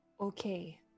Okay